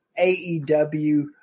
AEW